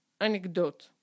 anecdote